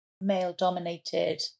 Male-dominated